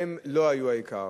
הן לא היו העיקר.